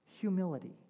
Humility